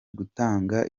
gutanga